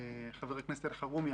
חבר הכנסת אלחרומי,